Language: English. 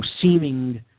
seeming